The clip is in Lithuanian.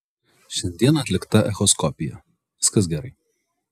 šiandien atlikta echoskopija viskas gerai